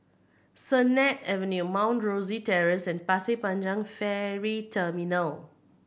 Sennett Avenue Mount Rosie Terrace and Pasir Panjang Ferry Terminal